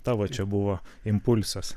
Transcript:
tavo čia buvo impulsas